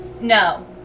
No